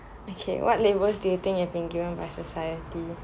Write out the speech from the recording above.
okay what labels do you think you have been given by society